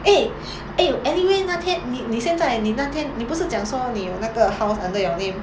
eh eh anyway 那天你你现在你那天你不是讲说你有那个 house under your name